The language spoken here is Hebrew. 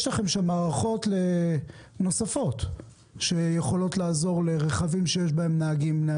יש לכם שם מערכות נוספות שיכולות לעזור לרכבים שיש בהם נהגים?